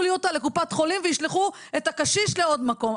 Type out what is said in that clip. לי אותה לקופות חולים וישלחו את הקשיש לעוד מקום.